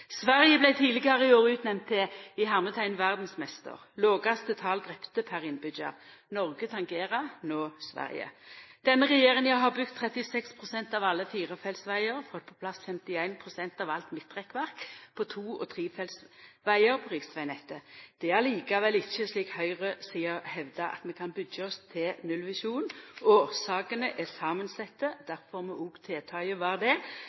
Sverige vart tidlegare i år utnemnd til «verdsmeister», med lågaste tal drepne per innbyggjar. Noreg tangerer no Sverige. Denne regjeringa har bygd 36 pst. av alle firefeltsvegar og fått på plass 51 pst. av alt midtrekkverk på to- og trefeltsvegar på riksvegnettet. Det er likevel ikkje slik høgresida hevdar, at vi kan byggja oss til nullvisjonen. Årsakene er samansette, difor må òg tiltaka vera det.